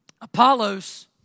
Apollos